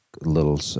little